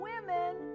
women